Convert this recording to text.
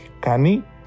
Kani